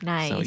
Nice